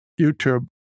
YouTube